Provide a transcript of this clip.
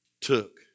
took